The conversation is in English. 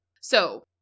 So-